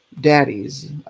daddies